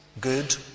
good